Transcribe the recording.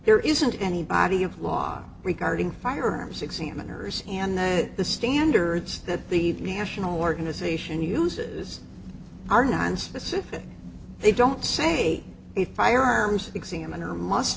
there isn't any body of law regarding firearms examiners and that the standards that the national organization uses are nonspecific they don't say a firearms examiner must